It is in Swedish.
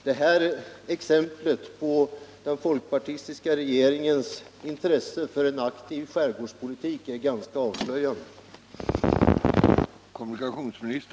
Det här exemplet på den folkpartistiska regeringens intresse för aktiv skärgårdspolitik är avslöjande.